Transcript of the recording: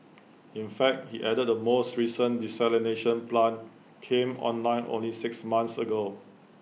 in fact he added the most recent desalination plant came online only six months ago